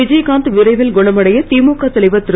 விஜயகாந்த் விரைவில் குணமடைய திமுக தலைவர் திரு